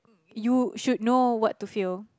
you should know what to feel